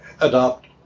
adopt